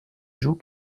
joues